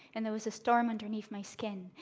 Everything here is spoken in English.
and there was a storm underneath my skin,